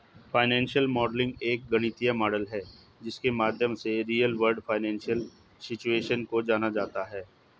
financial modelling एक गणितीय model है जिसके माध्यम से रियल वर्ल्ड फाइनेंशियल सिचुएशन को जाना जाता है